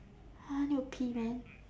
I need to pee man